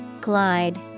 Glide